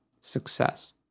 success